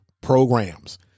programs